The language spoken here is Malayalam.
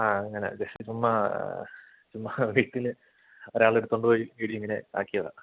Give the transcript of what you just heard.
ആ അങ്ങനെ ജെസ്റ്റ് ചുമ്മാ ചുമ്മാ ഒരു ഇതിൽ ഒരാൾ എടുത്തുകൊണ്ട് പോയി ഇടി ഇങ്ങനെ ആക്കിയതാണ്